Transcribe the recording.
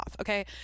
Okay